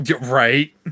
right